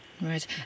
Right